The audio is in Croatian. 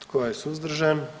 Tko je suzdržan?